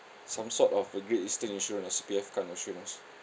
some sort uh great eastern insurance ah C_P_F kind of insurance